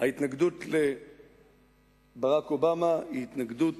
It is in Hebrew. ההתנגדות לברק אובמה היא התנגדות